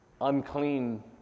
unclean